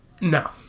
no